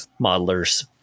modelers